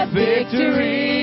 victory